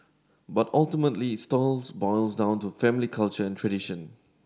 but ultimately it boils down to family culture and tradition